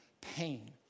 pain